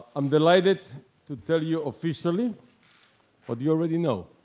i'm delighted to tell you officially what you already know.